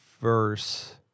verse